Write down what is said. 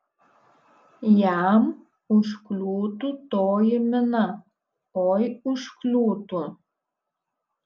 jam užkliūtų toji mina oi užkliūtų